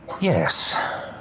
Yes